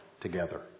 together